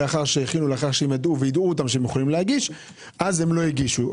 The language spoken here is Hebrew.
לאחר שיידעו אותם שיכלו להגיש אז הם הגישו.